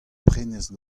prenestr